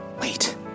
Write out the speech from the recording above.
Wait